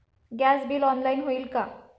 Gas bill online होईल का?